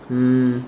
um